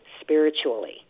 spiritually